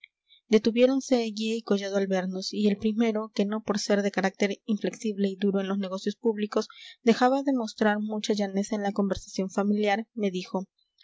eguía y collado al vernos y el primero que no por ser de carácter inflexible y duro en los negocios públicos dejaba de mostrar mucha llaneza en la conversación familiar me dijo